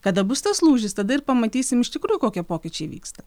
kada bus tas lūžis tada ir pamatysime iš tikrųjų kokie pokyčiai vyksta